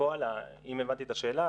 אם הבנתי את השאלה,